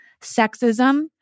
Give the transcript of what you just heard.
sexism